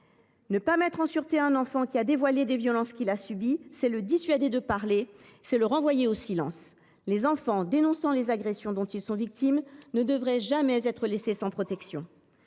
Ne pas mettre en sûreté un enfant qui a dévoilé les violences qu’il a subies, c’est le dissuader de parler et le renvoyer au silence. Les enfants dénonçant les agressions dont ils sont victimes ne devraient jamais être laissés sans protection.